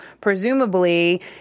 presumably